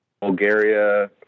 Bulgaria